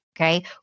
Okay